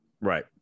Right